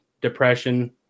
depression